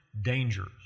dangers